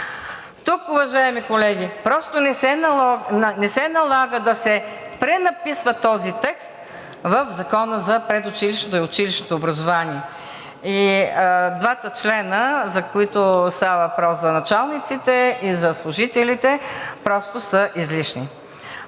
Тук, уважаеми колеги, просто не се налага да се пренаписва този текст в Закона за предучилищното и училищното образование. И двата члена, за които става въпрос – за началниците и за служителите, просто са излишни.